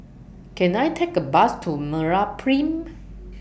Can I Take A Bus to Meraprime